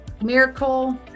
miracle